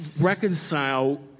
reconcile